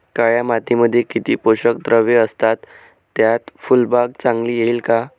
काळ्या मातीमध्ये किती पोषक द्रव्ये असतात, त्यात फुलबाग चांगली येईल का?